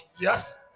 Yes